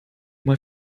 uma